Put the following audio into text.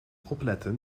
opletten